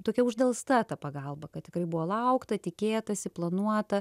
tokia uždelsta ta pagalba kad tikrai buvo laukta tikėtasi planuota